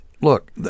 look